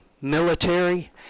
military